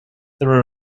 there